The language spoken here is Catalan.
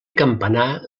campanar